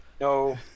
no